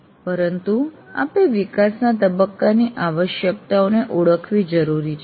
પરંતુ આપે વિકાસના તબક્કાની આવશ્યકતાઓને ઓળખવી જરૂરી છે